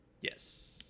yes